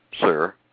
sir